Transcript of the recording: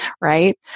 right